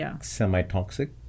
semi-toxic